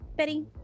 Betty